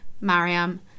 Mariam